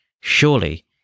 surely